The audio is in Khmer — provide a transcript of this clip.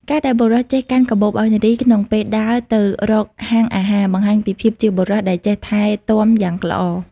ការដែលបុរសចេះកាន់កាបូបឱ្យនារីក្នុងពេលដើរទៅរកហាងអាហារ បង្ហាញពីភាពជាបុរសដែលចេះថែទាំយ៉ាងល្អ។